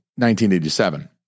1987